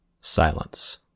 Silence